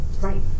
Right